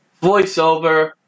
voiceover